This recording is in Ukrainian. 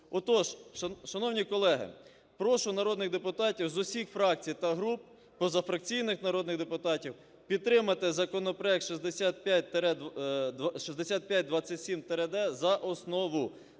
Отож, шановні колеги, прошу народних депутатів з усіх фракцій та груп, позафракційних народних депутатів підтримати законопроект 6527-д за основу